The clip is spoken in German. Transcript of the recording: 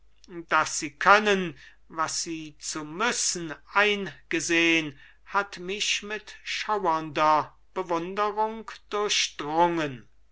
daß sie können was sie zu müssen eingesehn hat mich mit schauernder bewunderung durchdrungen